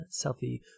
selfie